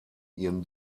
ihren